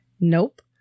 Nope